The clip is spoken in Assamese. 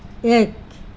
এক